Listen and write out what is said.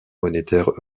monétaire